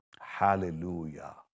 Hallelujah